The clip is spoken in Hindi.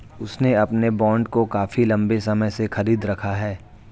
उसने अपने बॉन्ड को काफी लंबे समय से खरीद रखा है